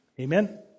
Amen